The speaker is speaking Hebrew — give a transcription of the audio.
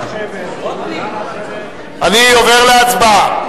אני עובר להצבעה.